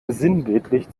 sinnbildlich